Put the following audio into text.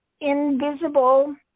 invisible